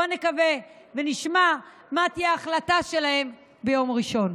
בואו נקווה ונשמע מה תהיה ההחלטה שלהם ביום ראשון.